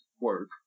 work